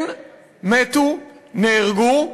כן מתו, נהרגו,